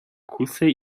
kusej